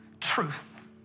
Truth